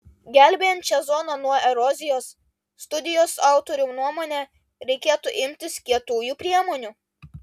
gelbėjant šią zoną nuo erozijos studijos autorių nuomone reikėtų imtis kietųjų priemonių